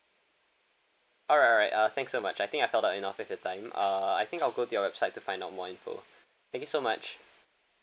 alright alright uh thanks so much I think I've held up enough with your time uh I think I'll go to your website to find out more info thank you so much